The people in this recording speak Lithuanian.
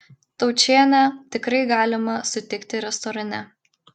taučienę tikrai galima sutikti restorane